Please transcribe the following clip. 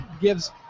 gives